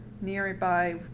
nearby